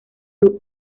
sus